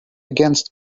against